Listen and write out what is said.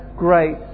great